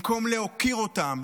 במקום להוקיר אותם,